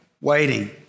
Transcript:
waiting